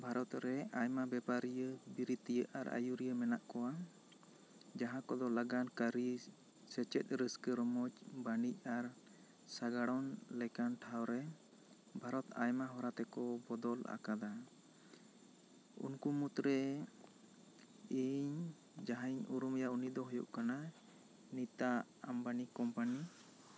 ᱵᱷᱟᱨᱚᱛ ᱨᱮ ᱟᱭᱢᱟ ᱵᱮᱯᱟᱨᱤᱭᱟᱹ ᱵᱤᱨᱤᱛᱤᱭᱟᱹ ᱟᱨ ᱟᱹᱭᱩᱨᱤᱭᱟᱹ ᱢᱮᱱᱟᱜ ᱠᱚᱣᱟ ᱡᱟᱦᱟᱸ ᱠᱚ ᱫᱚ ᱞᱟᱜᱟᱱ ᱠᱟᱹᱨᱤ ᱥᱮᱪᱮᱫ ᱨᱟᱹᱥᱠᱟᱹ ᱨᱚᱢᱚᱡᱽ ᱵᱟᱹᱱᱤᱡ ᱟᱨ ᱥᱟᱜᱟᱲᱚᱱ ᱞᱮᱠᱟᱱ ᱴᱷᱟᱶ ᱨᱮ ᱵᱷᱟᱨᱚᱛ ᱟᱭᱢᱟ ᱦᱚᱨᱟ ᱛᱮ ᱠᱚ ᱵᱚᱫᱚᱞ ᱟᱠᱟᱫᱟ ᱩᱱᱠᱩ ᱢᱩᱫᱽ ᱨᱮ ᱤᱧ ᱡᱟᱦᱟᱸᱭ ᱤᱧ ᱩᱨᱩᱢᱮᱭᱟ ᱩᱱᱤ ᱫᱚᱭ ᱦᱩᱭᱩᱜ ᱠᱟᱱᱟ ᱱᱤᱛᱟ ᱟᱢᱵᱟᱱᱤ ᱠᱚᱢᱯᱟᱹᱱᱤ